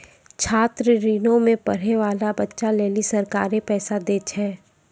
छात्र ऋणो मे पढ़ै बाला बच्चा लेली सरकारें पैसा दै छै